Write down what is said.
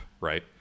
right